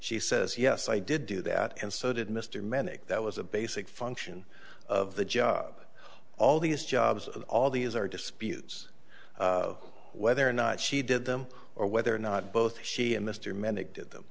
she says yes i did do that and so did mr manic that was a basic function of the job all these jobs all these are disputes whether or not she did them or whether or not both she and mr manic did them